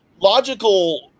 logical